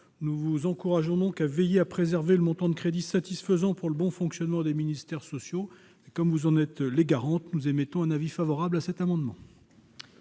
Nous vous encourageons donc à veiller à préserver le montant de crédits satisfaisant pour le bon fonctionnement des ministères sociaux ; étant donné que vous en êtes les garantes, nous émettons un avis favorable sur cet amendement.